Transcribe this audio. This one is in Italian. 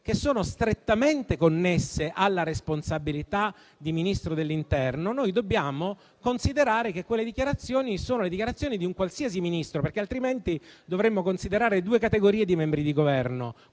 sono strettamente connesse alla responsabilità di Ministro dell'interno, dobbiamo considerare che quelle sono le dichiarazioni di un qualsiasi Ministro, altrimenti dovremmo considerare due categorie di membri di Governo: